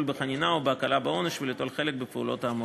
בחנינה או בהקלה בעונש וליטול חלק בפעולות האמורות.